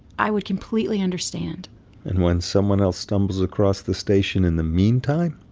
i would completely understand and when someone else stumbles across the station in the meantime.